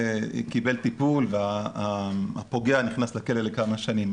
קיבל טיפול והפוגע נכנס לכלא לכמה שנים.